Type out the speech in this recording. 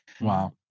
wow